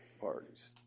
parties